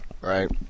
Right